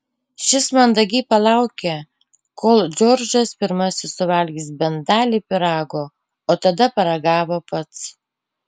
šis mandagiai palaukė kol džordžas pirmasis suvalgys bent dalį pyrago o tada paragavo pats